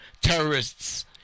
terrorists